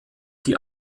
die